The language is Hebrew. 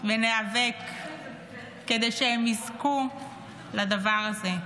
וניאבק כדי שהם יזכו לדבר הזה.